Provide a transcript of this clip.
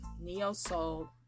neo-soul